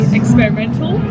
experimental